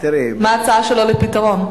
מה ההצעה שלו לפתרון.